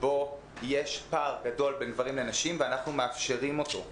שבו יש פער גדול בין גברים לנשים ואנחנו מאפשרים אותו.